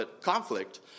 conflict